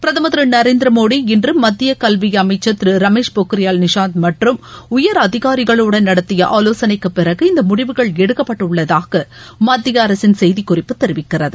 பிரதமர் திருநரேந்திரமோடி இன்றுமத்தியகல்விஅமைச்சர் திருரமேஷ் பொக்ரியால் நிஷாந்த் மற்றும் உயர் அதிகாரிகளுடன் நடத்திபஆவோசனைக்குபிறகு இந்தமுடிவுகள் எடுக்கப்பட்டுள்ளதாகமத்தியஅரசின் செய்திகுறிப்பு தெரிவிக்கிறது